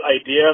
idea